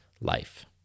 life